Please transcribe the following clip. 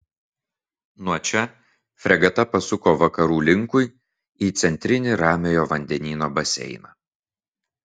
nuo čia fregata pasuko vakarų linkui į centrinį ramiojo vandenyno baseiną